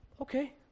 Okay